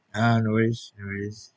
uh no worries no worries